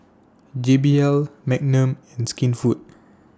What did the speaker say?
J B L Magnum and Skinfood